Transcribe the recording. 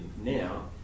now